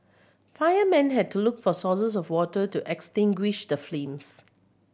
firemen had to look for sources of water to extinguish the flames